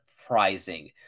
surprising